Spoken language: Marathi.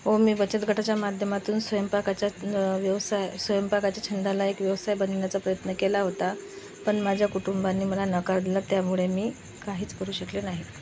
हो मी बचत गटाच्या माध्यमातून स्वयंपाकाचा व्यवसाय स्वयंपाकाच्या छंदाला एक व्यवसाय बनविण्याचा प्रयत्न केला होता पण माझ्या कुटुंबांनी मला नकार दिला त्यामुळे मी काहीच करू शकले नाही